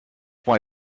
why